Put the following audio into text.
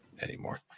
anymore